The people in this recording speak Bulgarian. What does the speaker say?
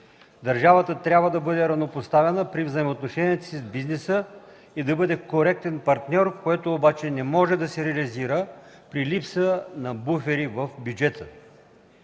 Държавата трябва да бъде равнопоставена при взаимоотношенията си с бизнеса и да бъде коректен партньор, което обаче не може да се реализира при липсата на буфери в бюджета.